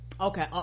okay